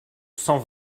cent